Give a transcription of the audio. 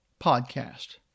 podcast